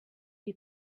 you